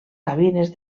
gavines